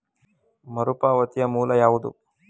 ಮರುಪಾವತಿಯ ಮೂಲ ಯಾವುದು?